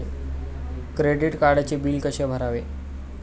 Credit कार्डचे bill कसे भरायचे?